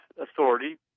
authority